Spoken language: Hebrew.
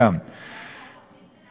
זו הייתה התוכנית של לפיד.